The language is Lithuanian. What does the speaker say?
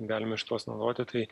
galime šituos naudoti tai